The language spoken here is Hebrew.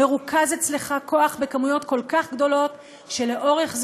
מרוכז אצלך כוח בכמויות כל כך גדולות שלאורך זמן,